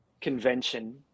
convention